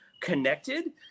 connected